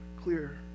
clear